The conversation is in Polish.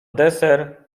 deser